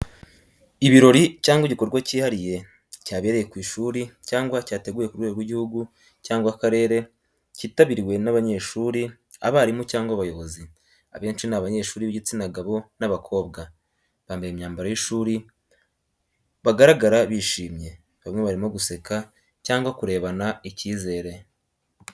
Ibirori cyangwa igikorwa cyihariye cyabereye ku ishuri cyangwa cyateguwe ku rwego rw’igihugu cyangwa akarere cyitabiriwe n’abanyeshuri, abarimu cyangwa abayobozi. Abenshi ni abanyeshuri b’igitsina gabo n’abakobwa, bambaye imyambaro y’ishuri bagaragara bishimye, bamwe barimo guseka cyangwa kurebana icyizere.